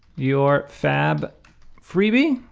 your fab freebie